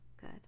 Good